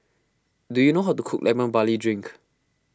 do you know how to cook Lemon Barley Drink